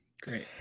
Great